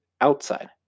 outside